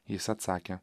jis atsakė